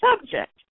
subject